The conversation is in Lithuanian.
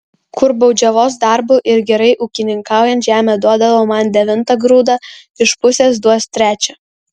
kur baudžiavos darbu ir gerai ūkininkaujant žemė duodavo man devintą grūdą iš pusės duos trečią